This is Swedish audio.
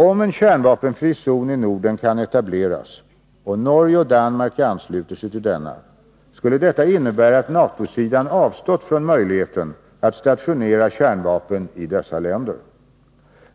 Om en kärnvapenfri zon i Norden kan etableras och Norge och Danmark ansluter sig till denna, skulle detta innebära att NATO-sidan avstått från möjligheten att stationera kärnväpen i dessa länder.